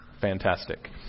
Fantastic